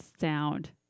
sound